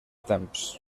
temps